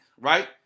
right